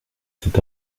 cet